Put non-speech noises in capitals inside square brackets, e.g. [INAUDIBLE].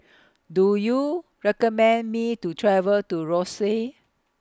[NOISE] Do YOU recommend Me to travel to Roseau